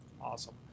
awesome